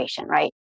right